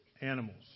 animals